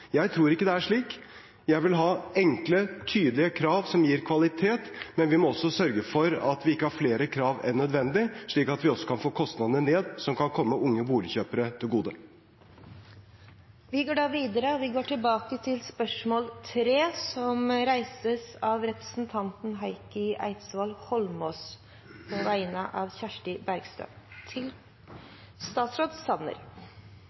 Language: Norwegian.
Jeg tror ikke det er slik. Jeg vil ha enkle, tydelige krav som gir kvalitet, men vi må også sørge for at vi ikke har flere krav enn nødvendig, slik at vi også kan få kostnadene ned, noe som kan komme unge boligkjøpere til gode. Da går vi tilbake til spørsmål 3. Dette spørsmålet, fra representanten Kirsti Bergstø, vil bli tatt opp av representanten Heikki Eidsvoll Holmås. «Flere av